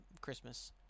Christmas